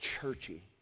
churchy